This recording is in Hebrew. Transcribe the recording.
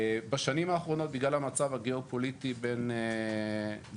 בשנים האחרונות בגלל המצב הגיאופוליטי בין ארצות